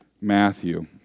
Matthew